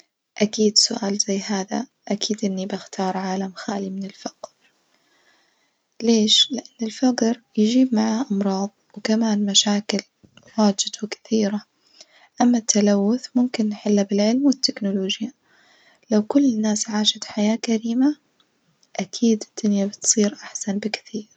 أكيد سؤال زي هذا أكيد بختار عالم خالي من الفقر، ليش؟ لأن الفجر يجيب معاه أمراظ وكمان مشاكل واجد وكثيرة، أما التلوث ممكن نحله بالعلم والتكنولوجيا لو كل الناس عشات حياة كريمة، أكيد الدنيا بتصير أحسن بكثير.